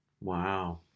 wow